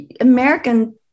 American